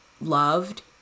loved